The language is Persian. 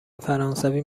فرانسوی